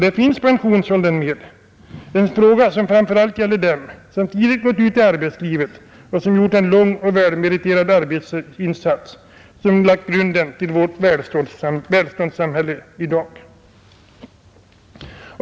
Där finns pensionsåldern med, den fråga som framför allt gäller dem som tidigt gått ut i arbetslivet och som gjort en lång och välmeriterad arbetsinsats, de som lagt grunden till vårt välståndssamhälle i dag.